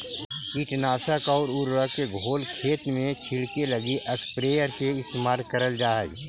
कीटनाशक आउ उर्वरक के घोल खेत में छिड़ऽके लगी स्प्रेयर के इस्तेमाल करल जा हई